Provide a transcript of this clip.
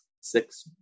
six